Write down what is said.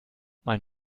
mein